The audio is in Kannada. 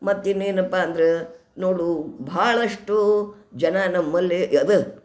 ಮತ್ತೆ ಇನ್ನೇನಪ್ಪ ಅಂದರೆ ನೋಡು ಭಾಳಷ್ಟು ಜನ ನಮ್ಮಲ್ಲಿ ಅದ